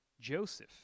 Joseph